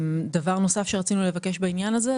דבר נוסף שרצינו לבקש בעניין הזה,